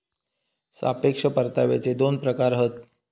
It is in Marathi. सापेक्ष परताव्याचे दोन प्रकार हत